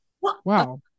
wow